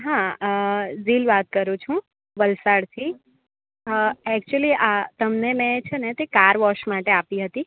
હા ઝીલ વાત કરું છું વલસાડથી એકચ્યુલી આ તમને છે ને કાર વૉશ માટે આપી હતી